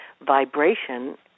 vibration